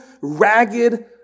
ragged